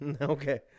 Okay